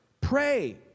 pray